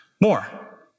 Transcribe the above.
more